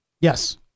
Yes